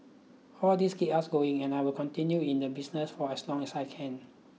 all these keep us going and I will continue in the business for as long as I can